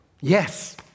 Yes